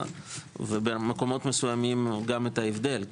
ובמקומות מסוימים גם את ההבדל,